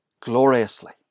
gloriously